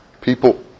people